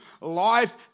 life